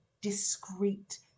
discreet